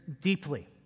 deeply